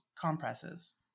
compresses